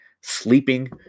sleeping